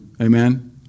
Amen